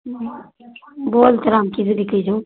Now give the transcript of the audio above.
बोल तोरामे कि सब बिकै छौ